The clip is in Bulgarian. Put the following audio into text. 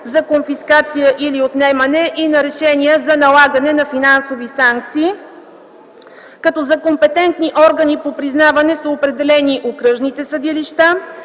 за конфискация или отнемане и на решения за налагане на финансови санкции. За компетентни органи по признаване са определени окръжните съдилища.